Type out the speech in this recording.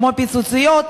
כמו "פיצוציות",